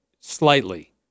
slightly